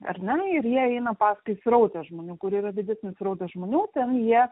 ar ne ir jie eina paskui srautas žmonių kur yra didesnis srautas žmonių ten jie